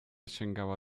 sięgała